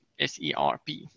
SERP